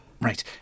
Right